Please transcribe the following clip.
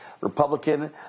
Republican